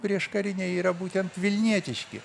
prieškariniai yra būtent vilnietiški